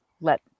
let